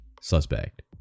suspect